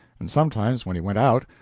and sometimes, when he went out,